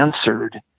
answered